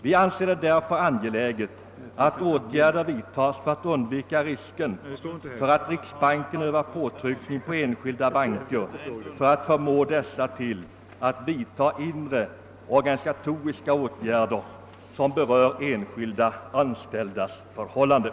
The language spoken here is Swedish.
Vi anser det därför angeläget att åtgärder vidtas för att undvika risken för att Riksbanken övar påtryckning på enskilda banker för att förmå dessa till att vidta inre organisatoriska åtgärder, som berör enskilda anställdas förhållanden.»